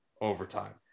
overtime